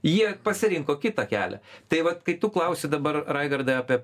jie pasirinko kitą kelią tai vat kai tu klausi dabar raigardai apie